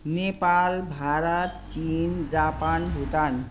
नेपाल भारत चीन जापान भुटान